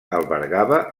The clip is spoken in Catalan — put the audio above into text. albergava